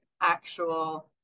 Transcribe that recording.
actual